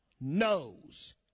knows